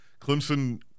Clemson